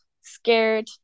scared